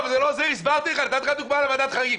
נתתי לך דוגמה על ועדת חריגים.